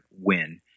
win